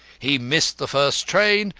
he missed the first train,